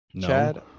Chad